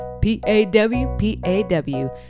p-a-w-p-a-w